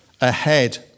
ahead